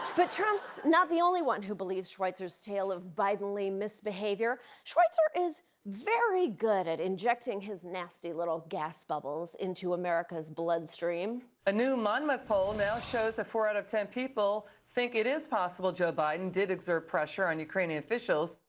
but trump's not the only one who believes schweizer's tale of biden-ly misbehavior. schweizer is very good at injecting his nasty little gas bubbles into america's bloodstream. a new monmouth poll now shows that four out of ten people think it is possible joe biden did exert pressure on ukrainian officials.